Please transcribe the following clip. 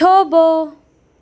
થોભો